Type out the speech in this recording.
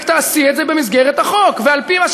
רק תעשי את זה במסגרת החוק,